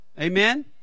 Amen